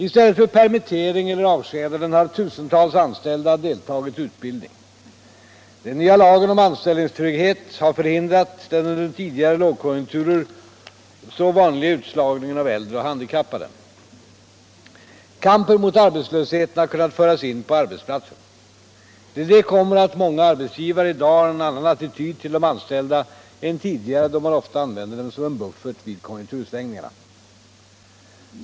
I stället för permittering eller avskedande har tusentals anställda deltagit i utbildning. Den nya lagen om anställningstrygghet har förhindrat den under tidigare lågkonjunkturer så vanliga utslagningen av äldre och handikappade. Kampen mot arbetslösheten har kunnat föras in på arbetsplatserna. Till det kommer att många arbetsgivare i dag har en annan attityd till de anställda än tidigare, då man ofta använde dem som buffert vid konjunktursvängningarna.